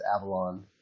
avalon